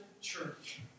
church